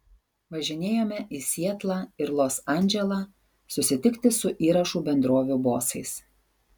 važinėjome į sietlą ir los andželą susitikti su įrašų bendrovių bosais